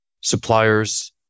suppliers